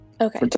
Okay